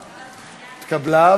התקבלה,